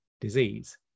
disease